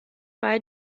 bei